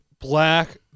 black